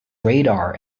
radar